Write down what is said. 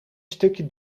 stukje